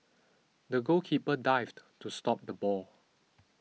the goalkeeper dived to stop the ball